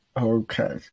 Okay